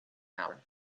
hour